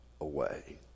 Away